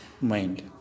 mind